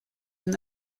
from